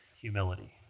humility